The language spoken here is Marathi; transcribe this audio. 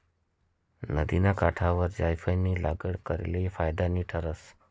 नदिना काठवर जायफयनी लागवड करेल फायदानी ठरस